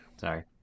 Sorry